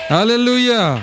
Hallelujah